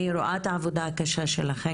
אני רואה את העבודה הקשה שלכן,